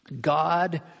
God